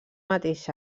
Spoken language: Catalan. mateix